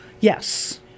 Yes